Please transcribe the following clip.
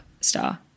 star